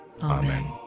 Amen